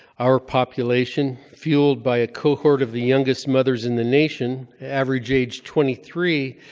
our population, fueled by a cohort of the youngest mothers in the nation average age twenty three